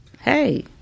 Hey